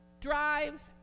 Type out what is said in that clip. drives